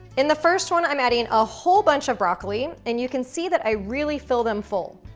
in the first one, i'm adding a whole buncha broccoli, and you can see that i really fill them full.